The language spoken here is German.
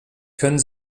können